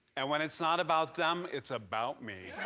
and when it's not about them, it's about me.